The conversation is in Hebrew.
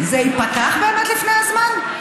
זה ייפתח באמת לפני הזמן?